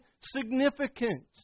significant